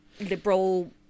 liberal